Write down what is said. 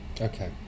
Okay